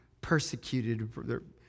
persecuted